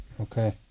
Okay